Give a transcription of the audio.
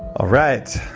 all right,